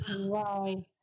wow